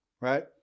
Right